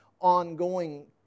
ongoing